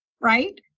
right